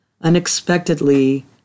Unexpectedly